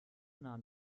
nahm